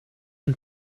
and